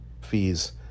fees